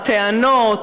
הטענות,